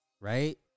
Right